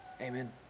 amen